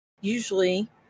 usually